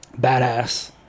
Badass